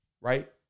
right